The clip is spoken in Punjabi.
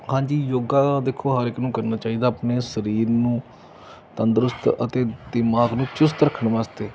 ਹਾਂਜੀ ਯੋਗਾ ਦੇਖੋ ਹਰ ਇੱਕ ਨੂੰ ਕਰਨਾ ਚਾਹੀਦਾ ਆਪਣੇ ਸਰੀਰ ਨੂੰ ਤੰਦਰੁਸਤ ਅਤੇ ਦਿਮਾਗ ਨੂੰ ਚੁਸਤ ਰੱਖਣ ਵਾਸਤੇ